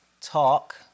Talk